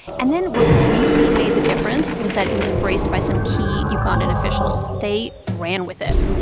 and then what really made the difference was that it was embraced by some key ugandan officials. they ran with it.